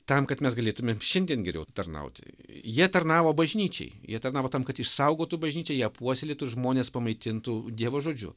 tam kad mes galėtumėm šiandien geriau tarnauti jie tarnavo bažnyčiai jie tarnavo tam kad išsaugotų bažnyčią ją puoselėtų ir žmones pamaitintų dievo žodžiu